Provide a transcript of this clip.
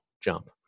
jump